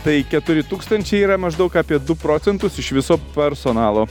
tai keturi tūkstančiai yra maždaug apie du procentus iš viso personalo